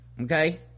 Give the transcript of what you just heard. okay